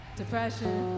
depression